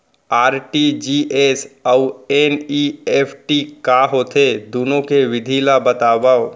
RTGS अऊ NEFT का होथे, दुनो के विधि ला बतावव